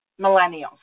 millennials